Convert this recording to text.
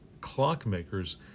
clockmakers